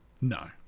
No